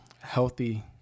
healthy